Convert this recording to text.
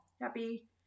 Happy